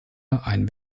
einen